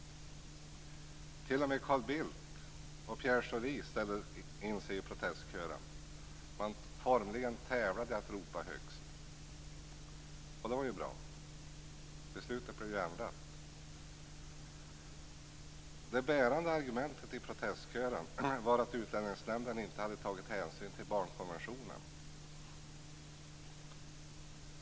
T.o.m. Carl Bildt och Pierre Schori stämde in i protestkören. Man formligen tävlade i att ropa högst. Och det var ju bra. Det bärande argumentet i protestkören var att Utlänningsnämnden inte hade tagit hänsyn till barnkonventionen.